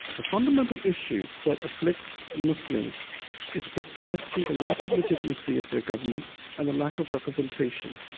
the fundamental issue that afflicts muslims is precisely the lack of legitimacy of their governments and the lack of representation.